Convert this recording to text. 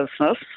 business